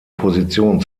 position